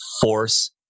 force